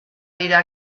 dira